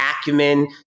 acumen